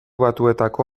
batuetako